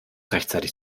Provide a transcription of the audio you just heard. rechtzeitig